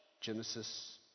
Genesis